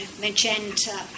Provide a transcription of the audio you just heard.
magenta